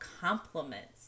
compliments